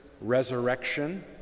Resurrection